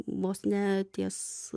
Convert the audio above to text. vos ne ties